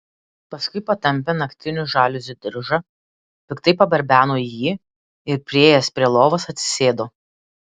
paskui patampė naktinių žaliuzių diržą piktai pabarbeno į jį ir priėjęs prie lovos atsisėdo